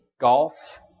golf